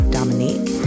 Dominique